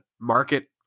market